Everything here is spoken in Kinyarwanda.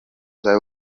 cya